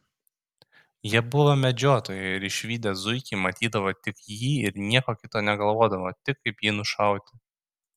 jie buvo medžiotojai ir išvydę zuikį matydavo tik jį ir nieko kito negalvodavo tik kaip jį nušauti